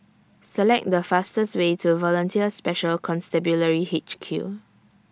Select The fastest Way to Volunteer Special Constabulary H Q